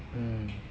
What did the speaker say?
mm